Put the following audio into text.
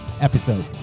episode